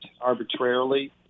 arbitrarily